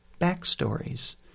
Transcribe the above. backstories